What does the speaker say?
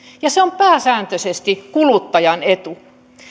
ja se on pääsääntöisesti kuluttajan etu